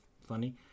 funny